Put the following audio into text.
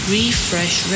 Refresh